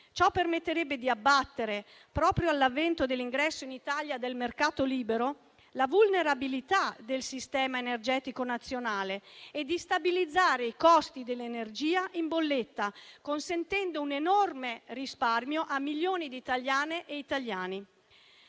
Ciò permetterebbe di abbattere, proprio all'avvento dell'ingresso in Italia del mercato libero, la vulnerabilità del sistema energetico nazionale e di stabilizzare i costi dell'energia in bolletta, consentendo un enorme risparmio a milioni di italiane e italiani.